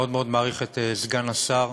מאוד מאוד מעריך את סגן השר.